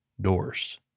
doors